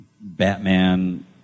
Batman